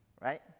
right